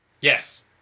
Yes